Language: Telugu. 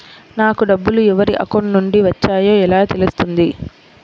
నాకు డబ్బులు ఎవరి అకౌంట్ నుండి వచ్చాయో ఎలా తెలుస్తుంది?